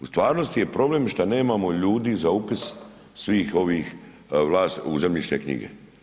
U stvarnosti je problem što nemamo ljudi za upis svih ovih vlast u zemljišne knjige.